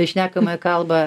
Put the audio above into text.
šnekamąją kalbą